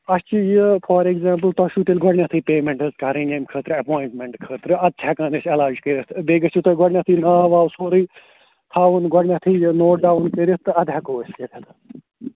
اَسہِ چھُ یہِ فار اٮ۪کزامپٕل تۄہہِ چھُو تیٚلہِ گۄڈنٮ۪تھٕے پیمٮ۪نٛٹ حظ کَرٕنۍ ییٚمہِ خٲطرٕ اٮ۪پویِنٛٹمٮ۪نٛٹ خٲطرٕ اَدٕ چھِ ہٮ۪کان أسۍ علاج کٔرِتھ بیٚیہِ گَژھِوٕ تۄہہِ گۄڈنٮ۪تھٕے ناو واو سورُے تھاوُن گۄڈنٮ۪تھٕے یہِ نوٹ ڈاوُن کٔرِتھ تہٕ اَدٕ ہٮ۪کو أسۍ